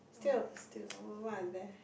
still still what are there